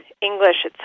English